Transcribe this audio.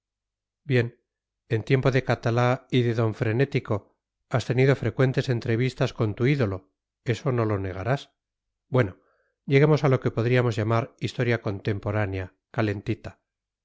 bien en tiempo de catalá y de don frenético has tenido frecuentes entrevistas con tu ídolo eso no lo negarás bueno lleguemos a lo que podríamos llamar historia contemporánea calentita